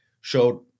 showed